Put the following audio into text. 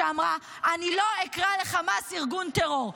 אמרה: אני לא אקרא לחמאס ארגון טרור.